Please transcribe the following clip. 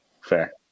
Fair